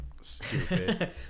Stupid